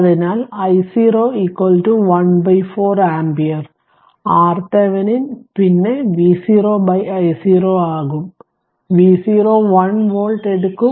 അതിനാൽ i0 1 4 ampere RThevenin പിന്നെ V0 i0 ആകും V0 1 വോൾട്ട് എടുക്കും